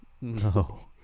no